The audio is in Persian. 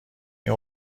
این